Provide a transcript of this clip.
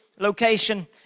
location